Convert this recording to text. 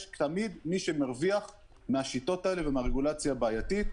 יש תמיד מי שמרוויח מהשיטות האלה ומהרגולציה הבעייתית.